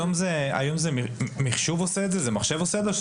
היום מחשב עושה את זה או אנשים?